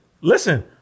listen